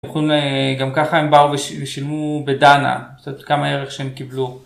גם ככה הם באו ושילמו בדנה, זאת אומרת כמה ערך שהם קיבלו